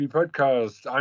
podcast